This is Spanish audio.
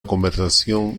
conversación